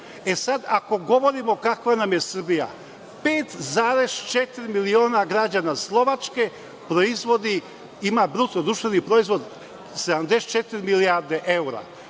E sad, ako govorimo kakva nam je Srbija, 5,4 miliona građana Slovačke ima BDP od 74 milijarde evra.